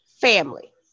family